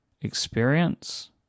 experience